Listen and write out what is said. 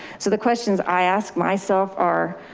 so the questions i ask myself are,